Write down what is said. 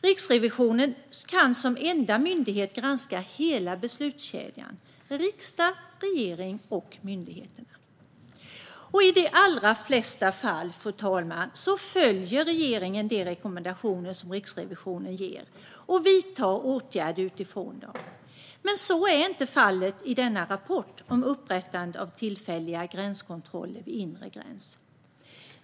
Riksrevisionen kan som enda myndighet granska hela beslutskedjan - riksdag, regering och myndigheterna. I de allra flesta fall, fru talman, följer regeringen de rekommendationer som Riksrevisionen ger och vidtar åtgärder utifrån dem. Men så är inte fallet med denna rapport om upprättandet av tillfälliga gränskontroller vid inre gräns.